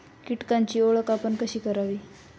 कीटकांची ओळख आपण कशी करावी?